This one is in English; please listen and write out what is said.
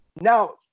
Now